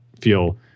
feel